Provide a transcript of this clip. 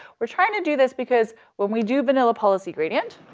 we're trying to do this because when we do vanilla policy gradient,